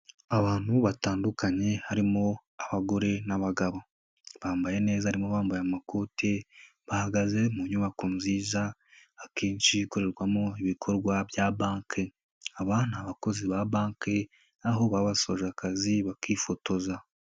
Abantu batandukanye harimo abagore n'abagabo, bambaye neza harimo abambaye amakoti bahagaze mu nyubako nziza akenshi ikorerwamo ibikorwa bya banki, aba ni abakozi ba banki aho baba basoje akazi bakifotoza.